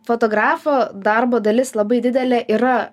fotografo darbo dalis labai didelė yra